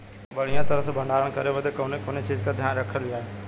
बढ़ियां तरह से भण्डारण करे बदे कवने कवने चीज़ को ध्यान रखल जा?